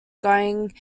going